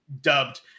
dubbed